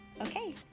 okay